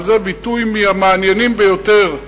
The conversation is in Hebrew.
גם זה ביטוי מהמעניינים ביותר: